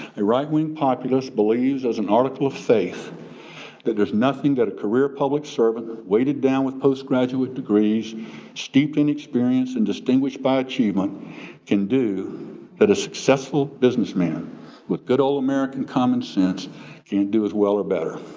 a right-wing populist believes as an article of faith that there's nothing nothing that a career public servant weighted down with postgraduate degrees steeped in experience and distinguished by achievement can do that a successful businessman with good old american common sense can't do as well or better.